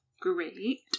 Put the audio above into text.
great